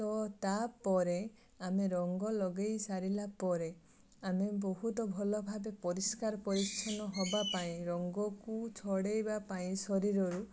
ତ ତା'ପରେ ଆମେ ରଙ୍ଗ ଲଗେଇସାରିଲା ପରେ ଆମେ ବହୁତ ଭଲଭାବେ ପରିଷ୍କାର ପରିଚ୍ଛନ୍ନ ହେବାପାଇଁ ରଙ୍ଗକୁ ଛଡ଼ାଇବା ପାଇଁ ଶରୀରରୁ